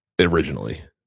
originally